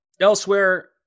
Elsewhere